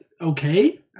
okay